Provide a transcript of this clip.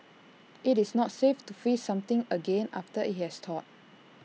IT is not safe to freeze something again after IT has thawed